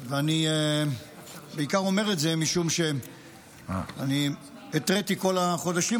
אני בעיקר אומר את זה משום שהתריתי כל החודשים